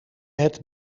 het